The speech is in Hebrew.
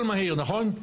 הכל מכיר, נכון?